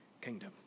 kingdom